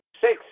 six